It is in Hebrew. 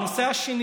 הנושא השני